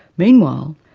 meanwhile,